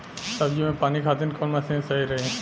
सब्जी में पानी खातिन कवन मशीन सही रही?